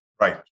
Right